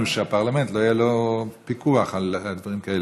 לפרלמנט לא יהיה פיקוח על דברים כאלה.